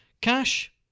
Cash